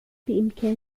بإمكان